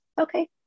Okay